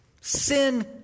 sin